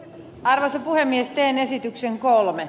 halosen puhemie teen esityksen kolme